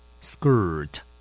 Skirt